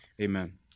Amen